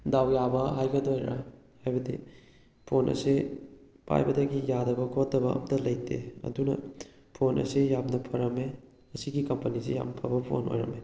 ꯗꯥꯎ ꯌꯥꯕ ꯍꯥꯏꯒꯗꯣꯏꯔꯥ ꯍꯥꯏꯕꯗꯤ ꯐꯣꯟ ꯑꯁꯦ ꯄꯥꯏꯕꯗꯒꯤ ꯌꯥꯗꯕ ꯈꯣꯠꯇꯕ ꯑꯝꯇ ꯂꯩꯇꯦ ꯑꯗꯨꯅ ꯐꯣꯟ ꯑꯁꯦ ꯌꯥꯝꯅ ꯐꯔꯝꯃꯦ ꯃꯁꯤꯒꯤ ꯀꯝꯄꯅꯤꯁꯦ ꯌꯥꯝꯅ ꯐꯕ ꯐꯣꯟ ꯑꯣꯏꯔꯝꯃꯦ